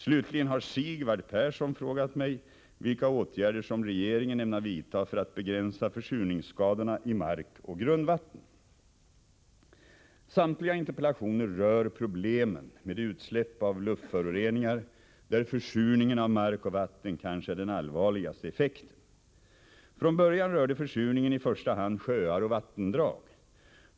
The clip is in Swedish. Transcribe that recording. Slutligen har Sigvard Persson frågat mig vilka åtgärder som regeringen : ämnar vidta för att begränsa försurningsskadorna i mark och grundvatten. Samtliga interpellationer rör problemen med utsläpp av luftföroreningar, där försurningen av mark och vatten kanske är den allvarligaste effekten. Från början rörde försurningen i första hand sjöar och vattendrag.